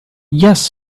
yes